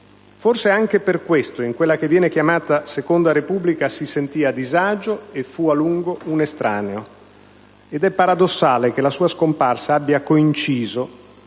Forse anche per questo in quella che viene chiamata Seconda Repubblica si sentì a disagio e fu a lungo un estraneo. Ed è paradossale che la sua scomparsa abbia coinciso